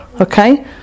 Okay